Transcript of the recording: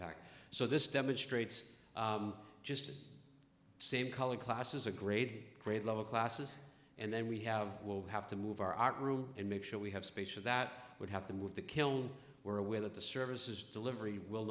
pact so this demonstrates just same color class as a grade grade level classes and then we have will have to move our art room and make sure we have space for that would have to move the kiln we're aware that the services delivery will